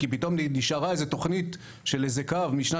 כי פתאום נשארה איזה תוכנית של איזה קו משנת